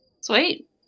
Sweet